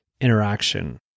interaction